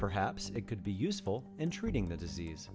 perhaps it could be useful in treating the disease